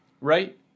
right